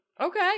Okay